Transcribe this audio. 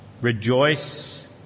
Rejoice